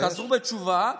חזרו בתשובה,